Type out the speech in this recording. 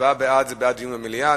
הצבעה בעד זה בעד דיון במליאה,